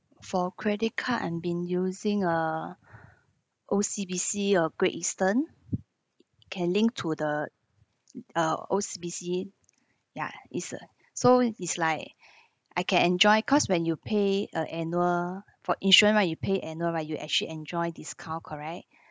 for credit card I'm been using uh O_C_B_C uh Great Eastern can link to the uh O_C_B_C ya it's a so is like I can enjoy cause when you pay a annual for insurance lah you pay annual right you actually enjoy discount correct